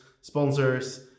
sponsors